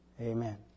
Amen